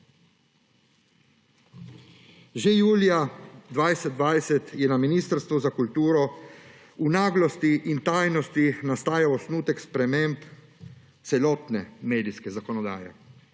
Že julija 2020 je na Ministrstvu za kulturo v naglosti in tajnosti nastajal osnutek sprememb celotne medijske zakonodaje.